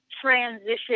transition